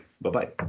Bye-bye